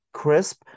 crisp